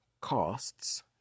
costs